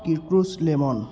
citrus lemon